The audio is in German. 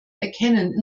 erkennen